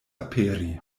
aperi